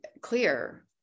clear